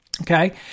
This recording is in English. Okay